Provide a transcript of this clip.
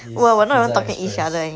is pizza express